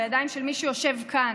בידיים של מי שיושב כאן.